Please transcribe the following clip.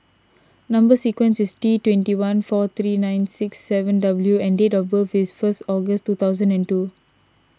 Number Sequence is T twenty one four three nine six seven W and date of birth is first August two thousand and two